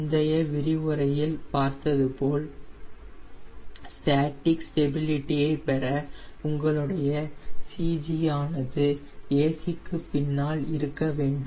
முந்தைய விரிவுரையில் பார்த்ததுபோல் ஸ்டேட்டிக் ஸ்டெபிளிட்டியை பெற உங்களுடைய CG ஆனது AC க்கு பின்னால் இருக்க வேண்டும்